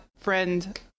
friend